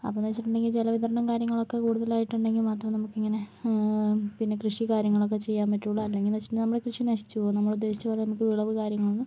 അപ്പോഴെന്നു വച്ചിട്ടുണ്ടെങ്കിൽ ജലവിതരണവും കാര്യങ്ങളുമൊക്കെ കൂടുതലായിട്ടുണ്ടെങ്കിൽ മാത്രമേ നമുക്ക് ഇങ്ങനെ പിന്നെ കൃഷി കാര്യങ്ങളൊക്കെ ചെയ്യാൻ പറ്റുള്ളൂ അല്ലെങ്കിലെന്ന് വെച്ചാൽ നമ്മുടെ കൃഷി നശിച്ചുപോകും നമ്മൾ ഉദ്ദേശിച്ച പോലെ നമുക്ക് വിളവ് കാര്യങ്ങളൊന്നും